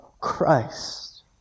Christ